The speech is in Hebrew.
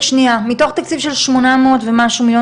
מתוך תקציב של שמונה מאות ומשהו מיליון